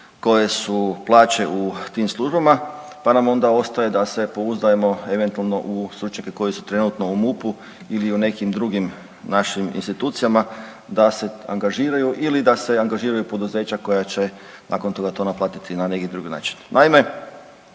koje su plaće u tim službama, pa nam onda ostaje da se pouzdajemo eventualno u stručnjake koji su trenutno u MUP-u ili u nekim drugim našim institucijama da se angažiraju ili da se angažiraju poduzeća koja će nakon toga to naplatiti na neki drugi način.